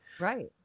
Right